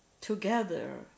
together